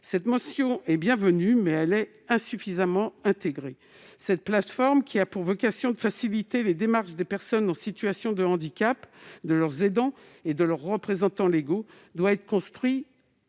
Cette mention est bienvenue, mais elle est insuffisamment inclusive. Cette plateforme, qui a pour vocation de faciliter les démarches des personnes en situation de handicap, de leurs aidants et de leurs représentants légaux doit être construite